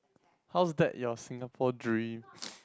how is that your Singapore dream